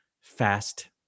fast